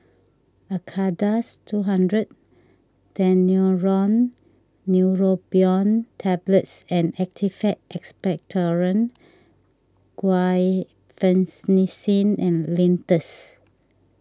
Acardust two hundred Daneuron Neurobion Tablets and Actified Expectorant Guaiphenesin Linctus